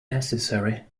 necessary